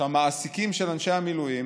שהמעסיקים של אנשי המילואים